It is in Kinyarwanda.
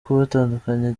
kubatandukanya